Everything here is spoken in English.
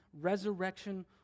resurrection